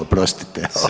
Oprostite.